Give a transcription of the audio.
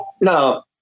no